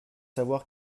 savoir